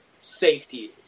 safety